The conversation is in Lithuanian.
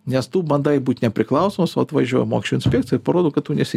nes tu bandai būt nepriklausomas o atvažiuoja mokesčių inspekcija ir parodo kad tu nesi